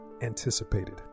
anticipated